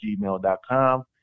gmail.com